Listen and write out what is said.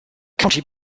county